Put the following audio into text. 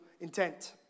intent